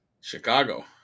Chicago